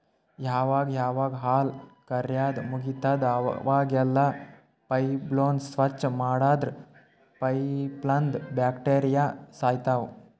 ಯಾವಾಗ್ ಯಾವಾಗ್ ಹಾಲ್ ಕರ್ಯಾದ್ ಮುಗಿತದ್ ಅವಾಗೆಲ್ಲಾ ಪೈಪ್ಗೋಳ್ ಸ್ವಚ್ಚ್ ಮಾಡದ್ರ್ ಪೈಪ್ನಂದ್ ಬ್ಯಾಕ್ಟೀರಿಯಾ ಸಾಯ್ತವ್